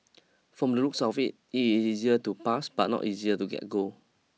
from the looks of it it is easier to pass but not easier to get gold